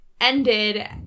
ended